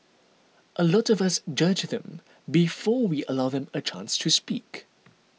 a lot of us judge them before we allow them a chance to speak